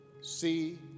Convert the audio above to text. see